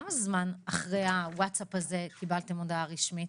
כמה זמן אחרי הווטסאפ הזה קיבלתם הודעה רשמית?